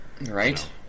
Right